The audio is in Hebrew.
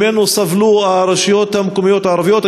שממנו סבלו הרשויות המקומיות הערביות.